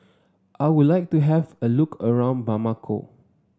I would like to have a look around Bamako